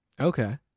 Okay